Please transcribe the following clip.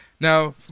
Now